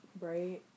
Right